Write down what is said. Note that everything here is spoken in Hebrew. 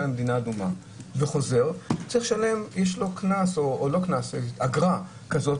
למדינה אדומה וחוזר צריך לשלם אגרה כזאת,